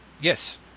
Yes